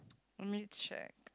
I may need to check